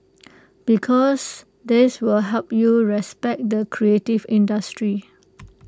because that will help you respect the creative industry